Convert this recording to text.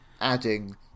adding